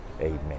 Amen